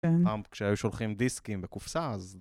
פעם כשהיו שולחים דיסקים בקופסא אז...